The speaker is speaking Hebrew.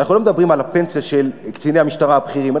אנחנו לא מדברים על הפנסיה של קציני המשטרה הבכירים.